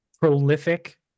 prolific